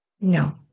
no